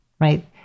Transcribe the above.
right